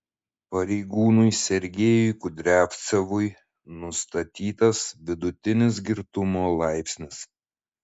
pareigūnui sergejui kudriavcevui nustatytas vidutinis girtumo laipsnis